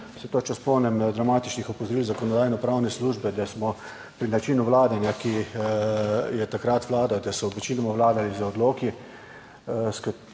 se točno spomnim dramatičnih opozoril Zakonodajno-pravne službe, da smo pri načinu vladanja, ki je takrat vladal, da so večinoma vlagali z odloki,